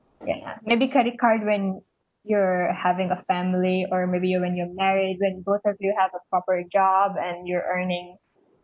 ya maybe credit card when you're having a family or maybe you when you're married when both of you have a proper job and your earnings